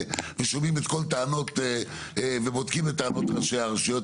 ושומעים את כל טענות ובודקים את טענות ראשי הרשויות?